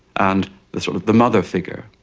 and the sort of the mother figure,